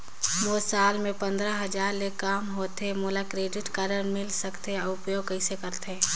मोर साल मे पंद्रह हजार ले काम होथे मोला क्रेडिट कारड मिल सकथे? अउ उपयोग कइसे करथे?